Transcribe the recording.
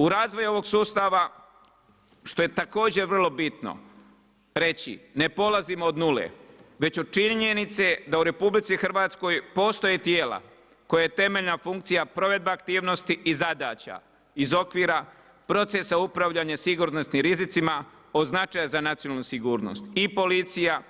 U razvoj ovog sustava što je također vrlo bitno reći, ne polazimo od nule već od činjenice da u RH postoje tijela kojima je temeljena funkcija provedba aktivnosti i zadaća iz okvira procesa upravljanja sigurnosnim rizicima od značaja za nacionalnu sigurnost i policija